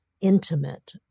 intimate